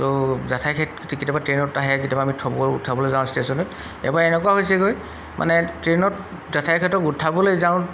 ত' জেঠাইহঁত কেতিয়াবা ট্ৰেইনত আহে কেতিয়াবা আমি থব উঠাবলৈ যাওঁ ষ্টেচনত এবাৰ এনেকুৱা হৈছেগৈ মানে ট্ৰেইনত জেঠাইহঁতক উঠাবলৈ যাওঁ